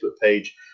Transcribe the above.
page